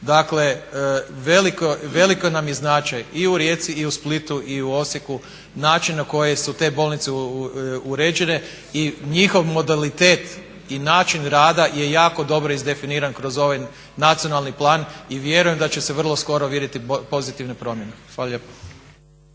Dakle, veliki nam je značaj i u Rijeci i u Splitu i u Osijeku način na koje su te bolnice uređene i njihov modalitet i način rada je jako dobro izdefiniran kroz ovaj Nacionalni plan. I vjerujem da će se vrlo skoro vidjeti pozitivne promjene. Hvala